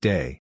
Day